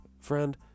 friend